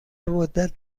مدت